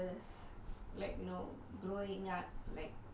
err like okay I've seen my grandmother's like you know growing up